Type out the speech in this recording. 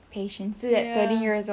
patience at thirteen years old